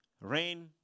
Rain